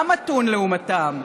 שאתה מתון לעומתם.